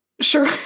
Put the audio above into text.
Sure